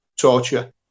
torture